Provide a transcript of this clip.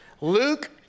Luke